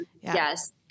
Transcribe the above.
Yes